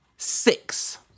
Six